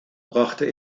brachte